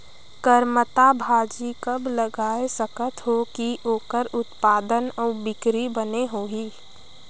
करमत्ता भाजी कब लगाय सकत हो कि ओकर उत्पादन अउ बिक्री बने होही?